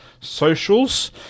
socials